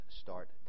start